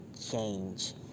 change